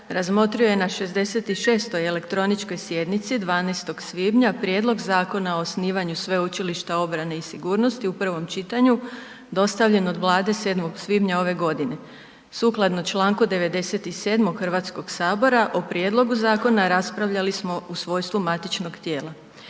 razmotrio je na 66. elektroničkoj sjednici 12. svibnja prijedlog Zakona o osnivanju sveučilišta obrane i sigurnosti u prvom čitanju, dostavljen od Vlade 7. svibnja ove godine. Sukladno čl. 97. HS o prijedlogu zakona raspravljali smo u svojstvu matičnog tijela.